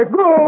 go